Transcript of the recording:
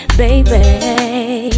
baby